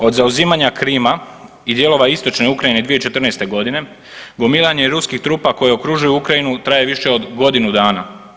Od zauzimanja Krima i dijelova istočne Ukrajine 2014. g., gomilanje ruskih trupa koje okružuju Ukrajinu traju više od godinu dana.